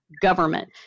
government